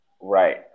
Right